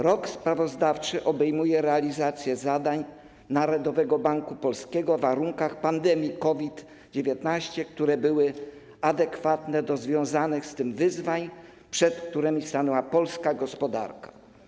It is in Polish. Rok sprawozdawczy obejmuje realizację zadań Narodowego Banku Polskiego w warunkach pandemii COVID-19, które były adekwatne do związanych z tym wyzwań, przed którymi stanęła polska gospodarka.